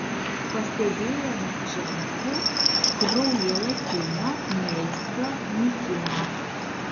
pastebėjome ženklų kraujalakinio melsvio nykimą